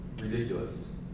ridiculous